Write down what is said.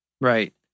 Right